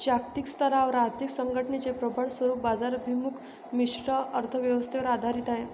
जागतिक स्तरावर आर्थिक संघटनेचे प्रबळ स्वरूप बाजाराभिमुख मिश्र अर्थ व्यवस्थेवर आधारित आहे